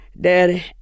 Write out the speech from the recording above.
Daddy